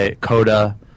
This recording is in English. Coda